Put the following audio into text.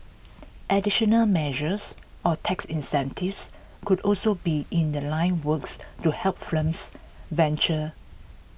additional measures or tax incentives could also be in The Line works to help firms venture